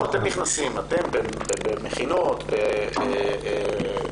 פה אתם נכנסים, במכינות, בהקלות.